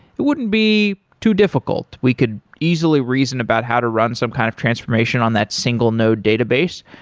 it wouldn't be too difficult. we could easily reason about how to run some kind of transformation on that single node database.